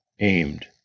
aimed